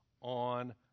on